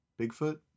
Bigfoot